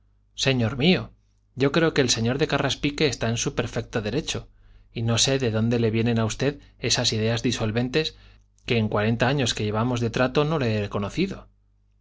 señor mío yo creo que el señor de carraspique está en su perfecto derecho y no sé de dónde le vienen a usted esas ideas disolventes que en cuarenta años que llevamos de trato no le he conocido